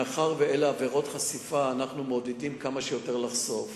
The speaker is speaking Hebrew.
מאחר שאלה עבירות חשיפה אנחנו מעודדים כמה שיותר לחשוף.